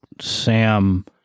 sam